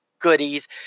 goodies